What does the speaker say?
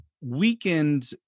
weakened